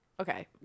Okay